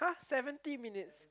seventy minutes